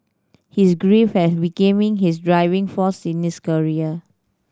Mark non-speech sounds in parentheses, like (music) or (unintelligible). his grief had became (unintelligible) his driving force in his career